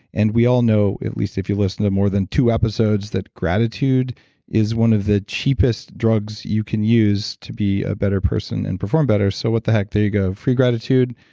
and we all know at least if you listen to more than two episodes that gratitude is one of the cheapest drugs you can use to be a better person and perform better. so what the heck, there you go. free gratitude,